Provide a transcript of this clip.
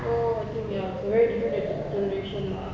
so I think ya it's a very different generation lah